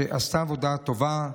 שעשתה עבודה טובה.